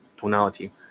tonality